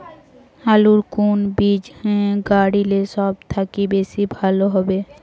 আলুর কুন বীজ গারিলে সব থাকি বেশি লাভ হবে?